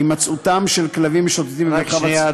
הימצאותם של כלבים משוטטים, רק שנייה,